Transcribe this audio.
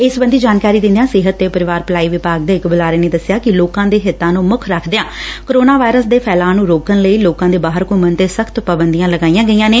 ਇਸ ਸਖੰਧੀ ਜਾਣਕਾਰੀ ਦਿੰਦਿਆਂ ਸਿਹਤ ਤੇ ਪਰਿਵਾਰ ਭਲਾਈ ਵਿਭਾਗ ਦੇ ਇਕ ਬੁਲਾਰੇ ਨੇ ਦੱਸਿਆ ਕਿ ਲੋਕਾਂ ਦੇ ਹਿੱਤਾਂ ਨੂੰ ਮੁੱਖ ਰੱਖਦਿਆਂ ਕੋਰੋਨਾ ਵਾਇਰਸ ਦੇ ਫੈਲਾਅ ਨੂੰ ਰੋਕਣ ਲਈ ਲੋਕਾਂ ਦੇ ਬਾਹਰ ਘੁੰਮਣ ਤੇ ਸਖ਼ਤ ਪਾਬੰਦੀਆਂ ਲਗਾਈਆਂ ਗਈਆਂ ਨੇ